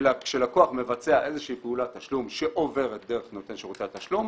אלא כשלקוח מבצע איזושהי פעולת תשלום שעוברת דרך נותן שירותי התשלום,